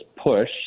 push